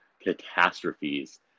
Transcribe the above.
catastrophes